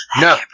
no